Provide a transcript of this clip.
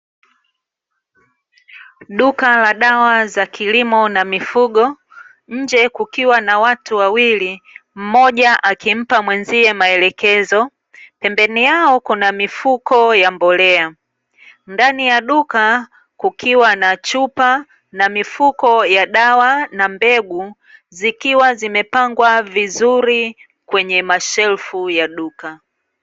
Duka la dawa za kilimo na mifugo, nje kukiwa na watu wawili, mmoja akimpa mwenzie maelekezo, pembeni yao kuna mifuko ya mbolea. Ndani ya duka kukiwa na chupa na mifuko ya dawa na mbegu zikiwa zimepangwa vizuri kwenye mashelfu ya duka.